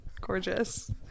gorgeous